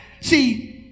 See